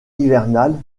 hivernale